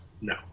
No